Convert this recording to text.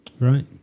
Right